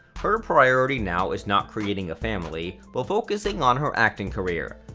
her priority now is not creating a family, but focusing on her acting career.